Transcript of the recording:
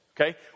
okay